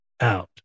out